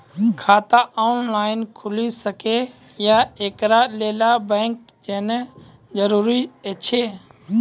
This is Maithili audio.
खाता ऑनलाइन खूलि सकै यै? एकरा लेल बैंक जेनाय जरूरी एछि?